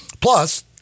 Plus